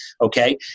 Okay